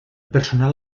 personal